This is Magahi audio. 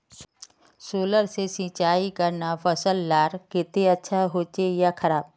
सोलर से सिंचाई करना फसल लार केते अच्छा होचे या खराब?